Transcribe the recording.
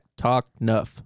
TalkNuff